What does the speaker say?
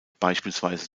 beispielsweise